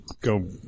go